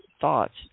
thoughts